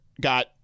got